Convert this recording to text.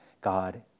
God